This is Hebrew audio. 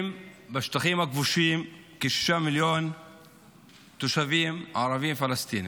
בשטחים הכבושים חיים כשישה מיליון תושבים ערבים פלסטינים,